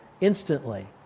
instantly